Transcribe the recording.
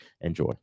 enjoy